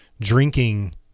drinking